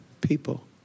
people